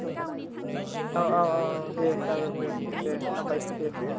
औ औ दे जागोन दे दे हामबायसै दे